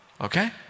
Okay